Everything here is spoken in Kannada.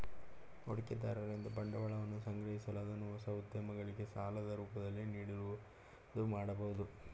ಹೂಡಿಕೆದಾರರಿಂದ ಬಂಡವಾಳವನ್ನು ಸಂಗ್ರಹಿಸಿ ಅದನ್ನು ಹೊಸ ಉದ್ಯಮಗಳಿಗೆ ಸಾಲದ ರೂಪದಲ್ಲಿ ನೀಡುವುದು ಮಾಡಬಹುದು